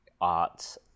art